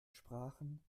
sprachen